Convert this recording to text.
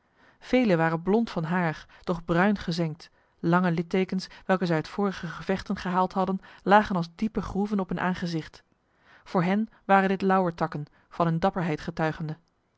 velen waren blond van haar doch bruingezengd lange littekens welke zij uit vorige gevechten gehaald hadden lagen als diepe groeven op hun aangezicht voor hen waren dit lauwertakken van hun dapperheid getuigende